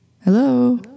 hello